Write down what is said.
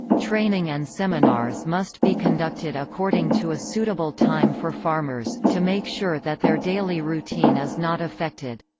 training and seminars must be conducted according to a suitable time for farmers, to make sure that their daily routine is not affected.